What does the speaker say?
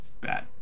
bad